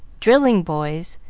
drilling boys,